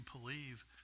believe